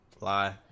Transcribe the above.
lie